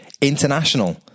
International